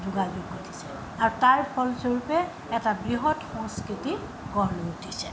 যোগাযোগ ঘটিছে আৰু তাৰ ফলস্বৰূপে এটা বৃহৎ সংস্কৃতি গঢ় লৈ উঠিছে